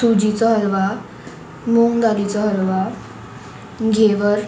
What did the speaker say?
सुजीचो हलवा मूंगालीचो हलवा घेवर